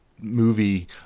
movie